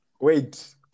wait